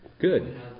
Good